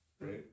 Right